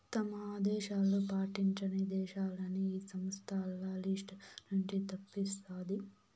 తమ ఆదేశాలు పాటించని దేశాలని ఈ సంస్థ ఆల్ల లిస్ట్ నుంచి తప్పిస్తాది